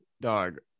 dog